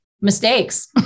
mistakes